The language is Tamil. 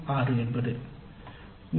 6 என்பது 3